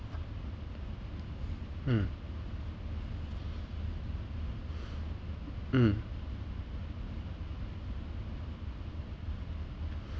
mm mm